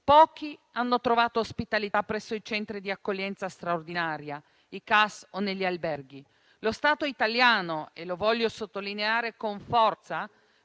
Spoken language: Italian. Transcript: Pochi hanno trovato ospitalità presso i centri di accoglienza straordinaria (CAS) o negli alberghi. Lo Stato italiano - e lo voglio sottolineare con forza